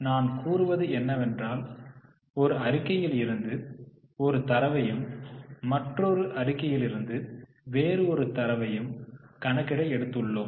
நான் கூறுவது என்னவென்றால் ஒரு அறிக்கையில் இருந்து ஒரு தரவையும் மற்றொரு அறிக்கையிலிருந்து வேறு ஒரு தரவையும் கணக்கிட எடுத்துள்ளோம்